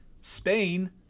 Spain